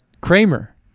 Kramer